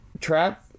trap